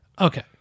Okay